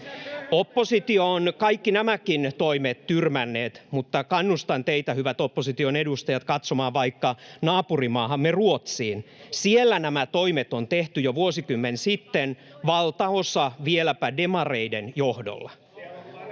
Oppositio on kaikki nämäkin toimet tyrmännyt, mutta kannustan teitä, hyvät opposition edustajat, katsomaan vaikka naapurimaahamme Ruotsiin. Siellä nämä toimet on tehty jo vuosikymmen sitten — valtaosa vieläpä demareiden johdolla